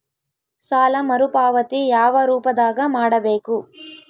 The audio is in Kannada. ಸಾಲ ಮರುಪಾವತಿ ಯಾವ ರೂಪದಾಗ ಮಾಡಬೇಕು?